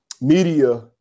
media